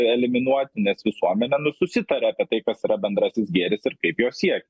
eliminuoti nes visuomenė nu susitaria apie tai kas yra bendrasis gėris ir kaip jo siekt